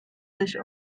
sich